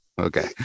Okay